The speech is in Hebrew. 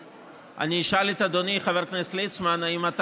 אני אשאל את אדוני חבר הכנסת ליצמן: האם אתה